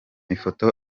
ifoto